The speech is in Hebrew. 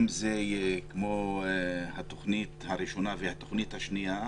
אם זה יהיה כמו התוכנית הראשונה והתוכנית השנייה,